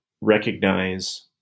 recognize